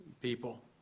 people